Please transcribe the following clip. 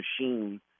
machine